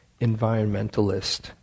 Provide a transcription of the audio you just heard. environmentalist